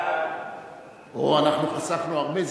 אנחנו חסכנו הרבה זמן.